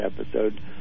episode